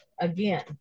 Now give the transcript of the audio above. again